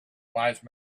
wise